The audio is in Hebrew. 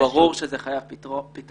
ברור שזה חייב פתרון.